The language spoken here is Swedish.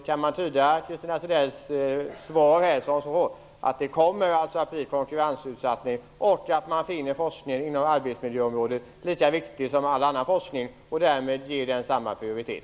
Kan jag tyda Christina Zedells svar så att det kommer att bli en konkurrensutsättning och att man finner forskningen inom arbetsmiljöområdet lika viktig som all annan forskning, så att den därmed ges samma prioritet?